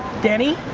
danny,